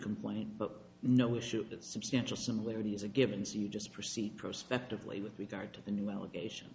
complaint but no issue that substantial similarities or givens you just proceed prospectively with regard to the new allegation